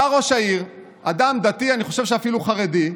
בא ראש העיר, אדם דתי, אני חושב שאפילו חרדי,